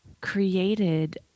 created